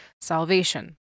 salvation